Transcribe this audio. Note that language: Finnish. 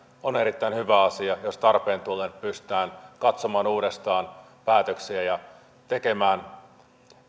on erittäin hyvä asia jos tarpeen tullen pystytään katsomaan uudestaan päätöksiä ja tekemään